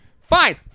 Fine